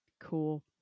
Cool